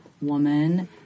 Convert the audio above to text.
woman